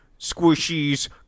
Squishies